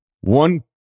One